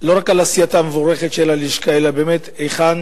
לא רק על עשייתה המבורכת של הלשכה, אלא באמת היכן